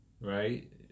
right